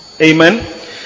Amen